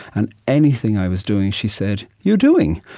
and anything i was doing, she said, you doing?